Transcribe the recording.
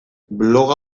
blog